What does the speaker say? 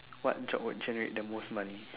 what job would generate the most money